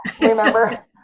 remember